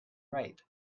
right